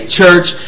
church